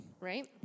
Right